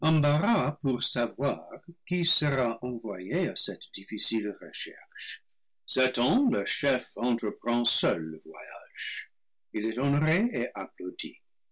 pour savoir qui sera envoyé à cette difficile recherche satan leur chef entreprend seul le voyage il